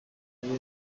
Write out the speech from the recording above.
bene